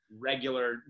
regular